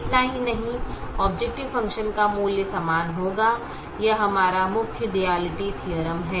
इतना ही नहीं ऑबजेकटिव फ़ंक्शन का मूल्य समान होगा यह हमारा मुख्य डुआलिटी थीअरम है